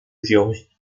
géorgie